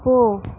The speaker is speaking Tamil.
போ